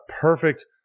perfect